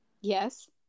Yes